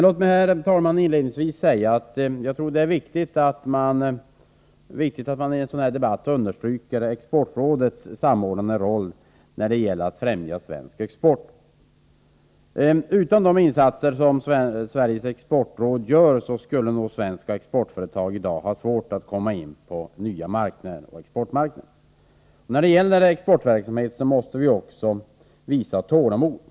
Låt mig, herr talman, inledningsvis säga att jag tror att det är viktigt att mani den här debatten understryker Exportrådets samordnande roll när det gäller att främja svensk export. Utan de insatser som Sveriges exportråd gör skulle svenska exportföretag i dag ha svårt att komma in på nya exportmarknader. När det gäller exportverksamhet måste vi också visa tålamod.